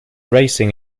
racing